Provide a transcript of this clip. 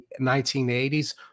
1980s